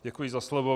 Děkuji za slovo.